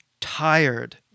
tired